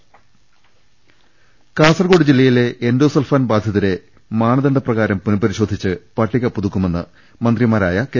ൾ ൽ ൾ കാസർകോട് ജില്ലയിലെ എൻഡോസൾഫാൻ ബാധിതരെ മാനദ ണ്ഡപ്രകാരം പുനപരിശോധിച്ച് പട്ടിക പുതുക്കുമെന്ന് മന്ത്രിമാരായ കെ